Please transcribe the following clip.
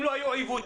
אם לא היו עיוותים